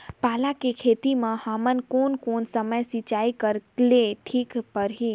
पाला के खेती मां हमन कोन कोन समय सिंचाई करेले ठीक भराही?